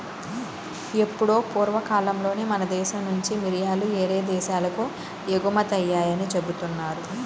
ఎప్పుడో పూర్వకాలంలోనే మన దేశం నుంచి మిరియాలు యేరే దేశాలకు ఎగుమతయ్యాయని జెబుతున్నారు